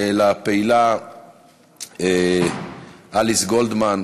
לפעילה אליס גולדמן,